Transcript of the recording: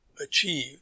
achieve